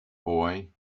boy